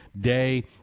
day